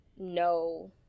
no